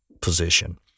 position